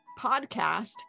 podcast